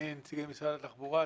נציגי משרד התחבורה,